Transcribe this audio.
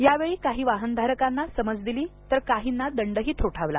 यावेळी काही वाहनधारकांना समज दिली तर काहींना दंडही ठोठावला